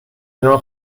ایران